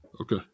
Okay